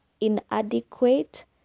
inadequate